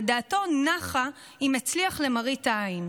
ודעתו נחה אם הצליח למראית עין.